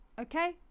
Okay